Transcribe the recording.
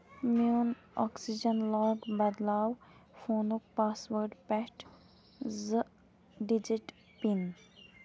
میون oxygen lock بدلاو فونُک پاس وٲڑ پٮ۪ٹھٕ زٕ ڈِجِٹ پِن